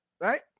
Right